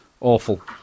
Awful